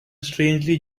strangely